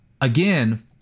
Again